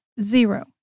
Zero